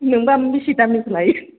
नोंबा बिसि दामनिखौ लायो